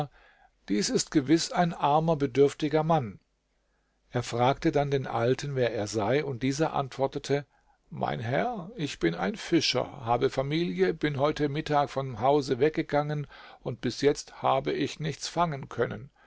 dies ist gewiß ein armer bedürftiger mann er fragte dann den alten wer er sei und dieser antwortete mein herr ich bin ein fischer habe familie bin heute mittag vom hause weggegangen und bis jetzt habe ich nichts fangen können